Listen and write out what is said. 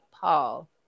Paul